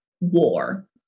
war